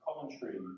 Commentary